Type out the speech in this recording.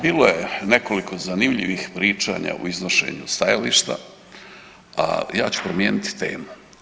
Bilo je nekoliko zanimljivih pričanja u iznošenju stajališta, ali ja ću promijeniti temu.